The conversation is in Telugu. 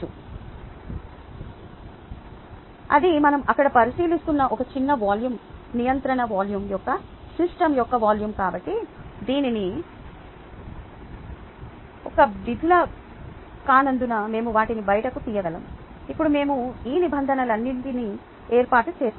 v ను ∆x ∆y ∆z అని వ్రాయవచ్చు అది మనం అక్కడ పరిశీలిస్తున్న ఒక చిన్న వాల్యూమ్ నియంత్రణ వాల్యూమ్ యొక్క సిస్టమ్ యొక్క వాల్యూమ్ కాబట్టి దీనిని ∆x∆y∆z t యొక్క విధులు కానందున మేము వాటిని బయటకు తీయగలము ఇప్పుడు మేము ఈ నిబంధనలన్నింటినీ ఏర్పాటు చేసాము